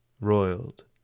roiled